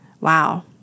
Wow